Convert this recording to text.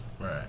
Right